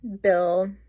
Bill